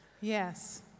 Yes